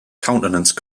countenance